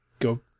go